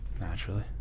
naturally